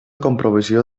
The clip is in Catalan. comprovació